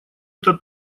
это